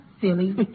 silly